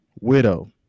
widow